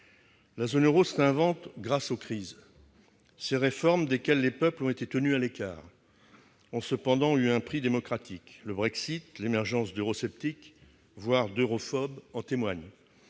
la zone Euro s'invente grâce aux crises ces réformes desquels les peuples ont été tenus à l'écart, ont cependant eu un prix démocratique, le Brexit, l'émergence d'eurosceptiques, voire d'europhobes en témoigne